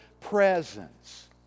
presence